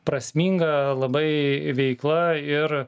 prasminga labai veikla ir